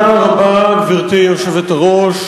גברתי היושבת-ראש,